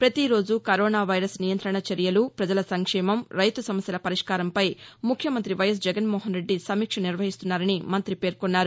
ప్రతిరోజూ corona virus నియంగ్రణ చర్యలు ప్రజల సంక్షేమం రైతు సమస్యల పరిష్కారంపై ముఖ్యమంత్రి వైఎస్ జగన్మోహన్రెడ్డి సమీక్ష నిర్వహిస్తున్నారని మంత్రి పేర్కొన్నారు